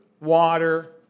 water